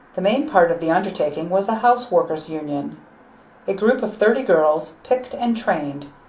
the main part of the undertaking was a house worker's union a group of thirty girls, picked and trained.